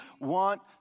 want